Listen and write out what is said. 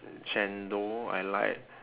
chendol I like